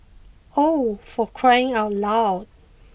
oh for crying out loud